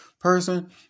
person